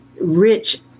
rich